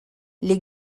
les